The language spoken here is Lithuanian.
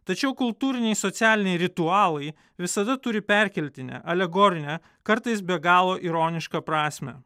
tačiau kultūriniai socialiniai ritualai visada turi perkeltinę alegorinę kartais be galo ironišką prasmę